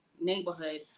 neighborhood